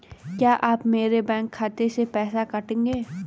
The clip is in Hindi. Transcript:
क्या आप मेरे बैंक खाते से पैसे काटेंगे?